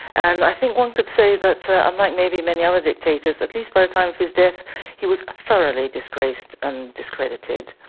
and i think one could say that unlike maybe many other dictators, at least by the time of his death he was thoroughly disgraced and discredited.